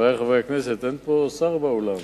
חברי חברי הכנסת, אין פה שר באולם.